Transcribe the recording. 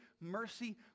mercy